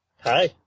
Hi